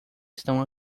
estão